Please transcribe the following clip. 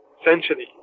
essentially